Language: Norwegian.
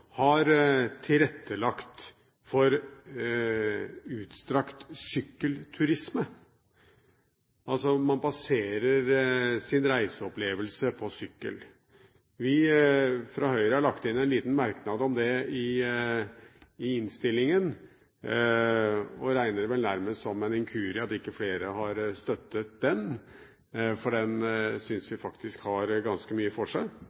har tilrettelagt for utstrakt sykkelturisme. Man baserer sin reiseopplevelse på sykkel. Vi fra Høyre har lagt inn en liten merknad om det i innstillingen og regner det vel nærmest som en inkurie at ikke flere har støttet den, for den syns vi faktisk har ganske mye for seg.